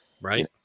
Right